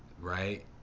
right